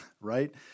right